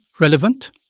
relevant